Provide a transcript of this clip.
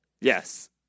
Yes